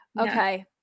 Okay